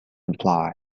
imply